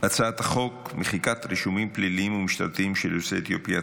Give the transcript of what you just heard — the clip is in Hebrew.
הצעת חוק מחיקת רישומים פליליים ומשטרתיים של יוצאי אתיופיה,